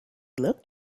looked